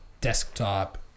desktop